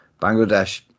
Bangladesh